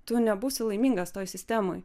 tu nebūsi laimingas toj sistemoj